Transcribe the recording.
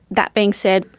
that being said,